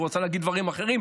הוא רצה להגיד דברים אחרים,